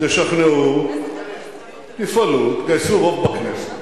תשכנעו, תפעלו, תגייסו רוב בכנסת,